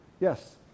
yes